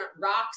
rocks